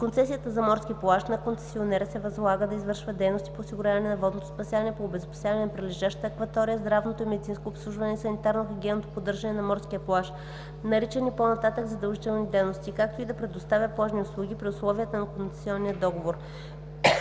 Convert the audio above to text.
концесията за морски плаж на концесионера се възлага да извършва дейностите по осигуряване на водното спасяване, по обезопасяване на прилежащата акватория, здравното и медицинското обслужване и санитарно-хигиенното поддържане на морския плаж, наричани по-нататък „задължителни дейности“, както и да предоставя плажни услуги при условията на концесионния договор.